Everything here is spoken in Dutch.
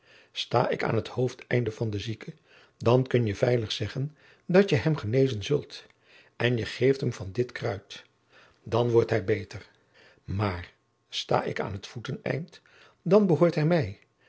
sta ik aan het hoofdeneinde van den zieke dan kun je veilig zeggen dat je hem genezen zult en je geeft hem van dit kruid dan wordt hij beter maar sta ik aan het voeteneind dan behoort hij mij